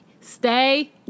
stay